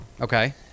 Okay